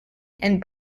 and